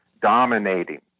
dominating